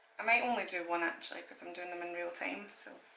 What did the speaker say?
i might only do one actually because i am doing them in real time so.